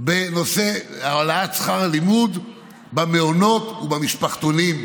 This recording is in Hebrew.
העלאת שכר הלימוד במעונות ובמשפחתונים,